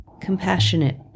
Compassionate